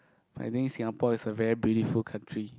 I think Singapore is a very beautiful country